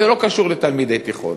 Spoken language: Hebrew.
זה לא קשור לתלמידי תיכון,